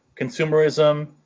consumerism